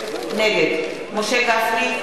נגד משה גפני,